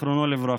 זיכרונו לברכה,